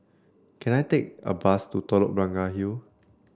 can I take a bus to Telok Blangah Hill